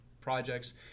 projects